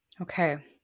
okay